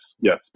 Yes